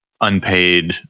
unpaid